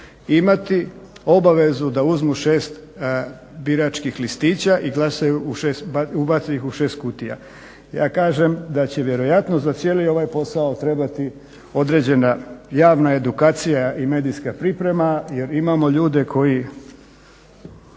imati obavezu da uzmu 6 biračkih listića i glasaju, i ubace ih u šest kutija. Ja kažem da će vjerojatno za cijeli ovaj posao trebati određena javna edukacija i medijska priprema, jer imamo ljude koji,